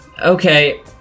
okay